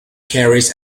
carries